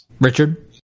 Richard